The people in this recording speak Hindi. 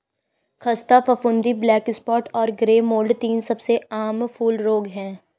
ख़स्ता फफूंदी, ब्लैक स्पॉट और ग्रे मोल्ड तीन सबसे आम फूल रोग हैं